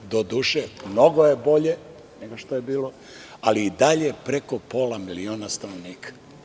Doduše, mnogo je bolje nego što je bilo, ali i dalje preko pola miliona stanovnika.